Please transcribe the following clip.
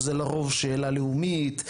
שזה לרוב שאלה לאומית,